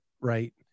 right